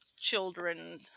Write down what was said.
children